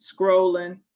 scrolling